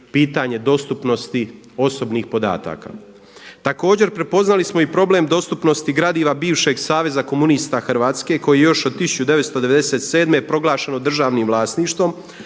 pitanje dostupnosti osobnih podataka. Također prepoznali smo i problem dostupnosti gradiva bivšeg Saveza komunista Hrvatske koji je još od 1997. proglašeno državnim vlasništvom,